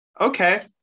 okay